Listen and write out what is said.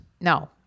No